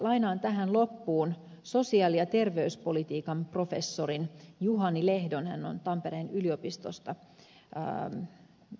lainaan tähän loppuun sosiaali ja terveyspolitiikan professorin juhani lehdon hän on tampereen yliopistosta lausuntoa